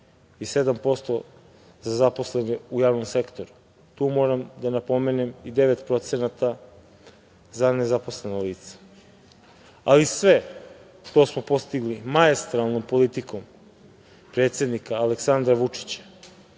i 7% za zaposlene u javnom sektoru, tu moram da napomenem i 9% za nezaposlena lica. Sve to smo postigli maestralnom politikom predsednika Aleksandra Vučića,